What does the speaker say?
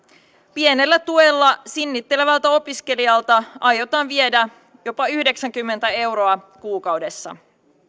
pienellä tuella sinnittelevältä opiskelijalta aiotaan viedä jopa yhdeksänkymmentä euroa kuukaudessa